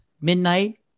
midnight